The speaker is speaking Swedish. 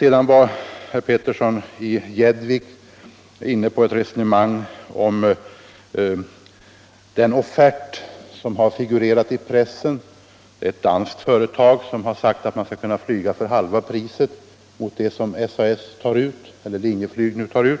inte. Herr Petersson i Gäddvik var inne på ett resonemang om den offert som har figurerat i pressen. Ett danskt företag har sagt att man kan flyga för hälften av det pris som Linjeflyg tar ut.